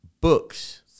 books